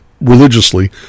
religiously